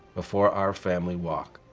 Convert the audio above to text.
before our family walk.